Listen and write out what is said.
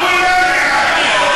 כולם בעד.